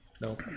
no